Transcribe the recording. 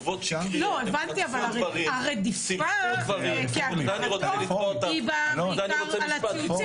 הבנתי אבל הרדיפה כהגדרתה היא באה בעיקר על הציוצים שלו.